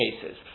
cases